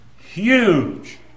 huge